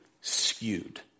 skewed